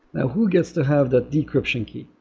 now who gets to have that decryption key?